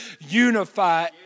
unify